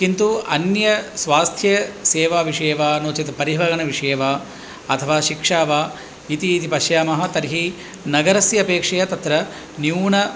किन्तु अन्य स्वास्थ्यसेवाविषये वा अनुचितं परिवहनविषये वा अथवा शिक्षा वा इति पश्यामः तर्हि नगरस्यापेक्षया तत्र न्यूनाः